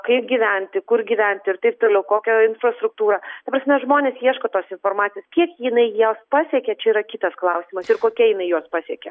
kaip gyventi kur gyventi ir taip toliau kokia infrastruktūra ta prasme žmonės ieško tos informacijos kiek jinai juos pasiekia čia yra kitas klausimas ir kokia jinai juos pasiekia